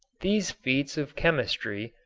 these feats of chemistry,